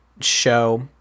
show